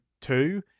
two